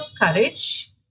courage